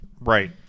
Right